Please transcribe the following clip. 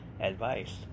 advice